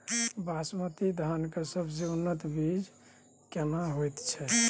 बासमती धान के सबसे उन्नत बीज केना होयत छै?